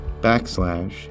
backslash